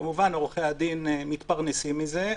כמובן עורכי הדין מתפרנסים מזה,